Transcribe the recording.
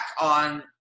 on